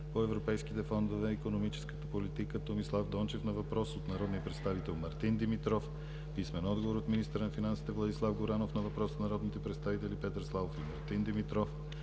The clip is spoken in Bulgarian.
по европейските фондове и икономическата политика Томислав Дончев на въпрос от народния представител Мартин Димитров; - писмен отговор от министъра на финансите Владислав Горанов на въпрос от народните представители Петър Славов и Мартин Димитров;